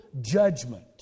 judgment